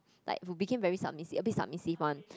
like who became very submissive a bit submissive one